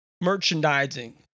merchandising